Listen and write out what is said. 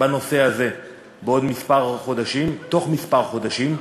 בנושא הזה בעוד כמה חודשים, בתוך כמה חודשים,